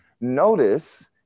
Notice